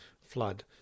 flood